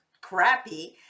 crappy